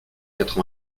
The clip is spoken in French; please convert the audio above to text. quatre